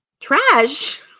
trash